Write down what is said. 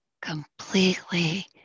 completely